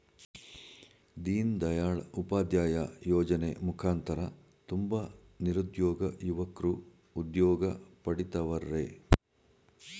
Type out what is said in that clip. ದೀನ್ ದಯಾಳ್ ಉಪಾಧ್ಯಾಯ ಯೋಜನೆ ಮುಖಾಂತರ ತುಂಬ ನಿರುದ್ಯೋಗ ಯುವಕ್ರು ಉದ್ಯೋಗ ಪಡಿತವರ್ರೆ